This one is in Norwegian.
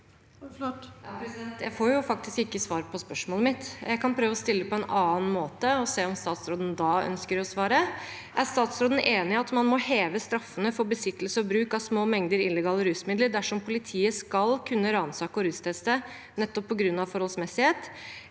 Jeg får faktisk ikke svar på spørsmålet mitt. Jeg kan prøve å stille det på en annen måte og se om statsråden da ønsker å svare: Er statsråden enig i at man må heve straffene for besittelse og bruk av små mengder illegale rusmidler dersom politiet skal kunne ransake og rusteste, nettopp på grunn av forholdsmessighet,